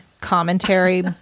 commentary